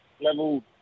level